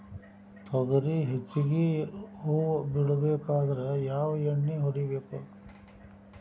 ತೊಗರಿ ಹೆಚ್ಚಿಗಿ ಹೂವ ಬಿಡಬೇಕಾದ್ರ ಯಾವ ಎಣ್ಣಿ ಹೊಡಿಬೇಕು?